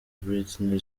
britney